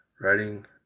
writing